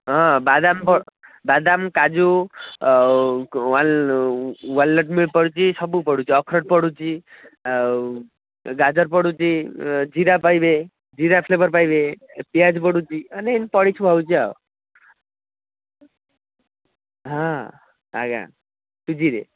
ହଁ ବାଦାମ ପ ବାଦାମ କାଜୁ ଆଉ ୱାଲ ୱାଲନଟ ପଡୁଛି ସବୁ ପଡୁଛି ଅଖରୋଟ୍ ପଡୁଛି ଆଉ ଗାଜର ପଡୁଛି ଜିରା ପାଇବେ ଜିରା ଫ୍ଲେବର୍ ପାଇବେ ପିଆଜ ପଡୁଛି ମାନେ ଏମିତି ପଡ଼ିକି ସବୁ ହେଉଛି ଆଉ ହଁ ଆଜ୍ଞା ସୁଜିରେ